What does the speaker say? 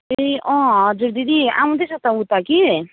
ए अँ हजुर दिदी आउँदेैछ त ऊ त कि